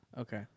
okay